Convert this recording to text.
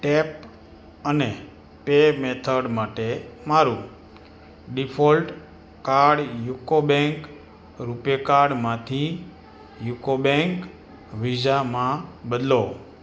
tap અને pay method માટે મારું ડીફોલ્ટ કાર્ડ યુકો બેંક રૂપે કાર્ડમાંથી યુકો બેંક વિસામાં બદલો